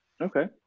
Okay